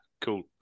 cool